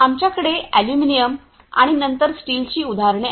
आमच्याकडे एल्युमिनियम आणि नंतर स्टीलची उदाहरणे आहेत